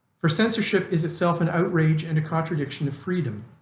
for censorship is itself an outrage and a contradiction of freedom.